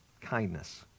kindness